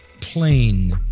plain